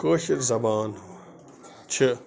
کٲشِر زَبان چھِ